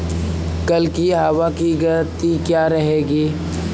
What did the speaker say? कल की हवा की गति क्या रहेगी?